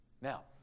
Now